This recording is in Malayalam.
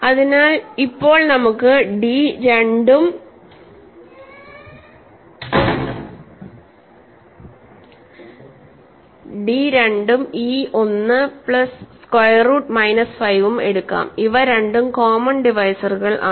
അതിനാൽ ഇപ്പോൾ നമുക്ക് d 2 ഉം e 1 plus square root minus 5 ഉം എടുക്കാം ഇവ രണ്ടും കോമൺ ഡിവൈസറുകൾ ആണ്